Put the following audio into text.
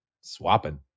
swapping